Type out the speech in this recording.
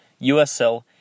USL